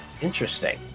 Interesting